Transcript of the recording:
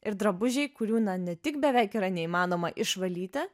ir drabužiai kurių na ne tik beveik yra neįmanoma išvalyti